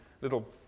little